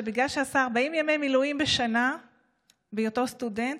בגלל שעשה 40 ימי מילואים בשנה בהיותו סטודנט,